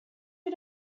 you